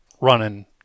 running